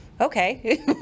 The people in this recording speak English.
Okay